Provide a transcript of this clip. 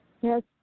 Yes